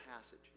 passage